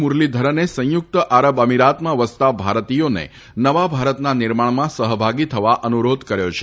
મુરલીધરને સંયુકત આરબ અમીરાતમાં વસતાં ભારતીયોને નવા ભારતના નિર્માણમાં સહભાગી થવા અનુરોધ કર્યો છે